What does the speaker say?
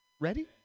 Ready